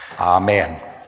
Amen